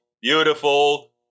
beautiful